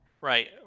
Right